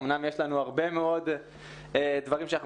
אמנם יש לנו הרבה מאוד דברים שאנחנו